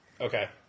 Okay